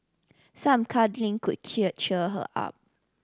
some cuddling could cheer cheer her up